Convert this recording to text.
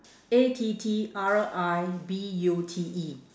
A T T R I B U T E